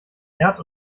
erd